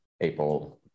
april